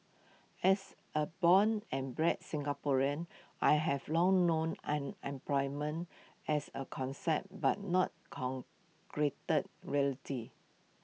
as A born and bred Singaporean I have long known unemployment as A concept but not concrete reality